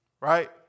right